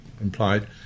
implied